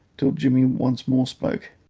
till jimmy once more spoke